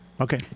Okay